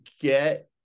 get